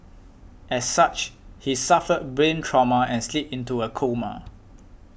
as such he suffered brain trauma and slipped into a coma